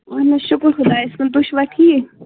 اَہن حظ شُکُر خۄدایَس کُن تُہۍ چھُوا ٹھیٖک